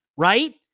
right